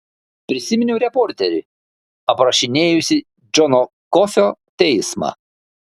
prisiminiau reporterį aprašinėjusį džono kofio teismą